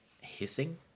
hissing